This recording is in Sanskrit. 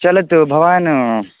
चलतु भवान्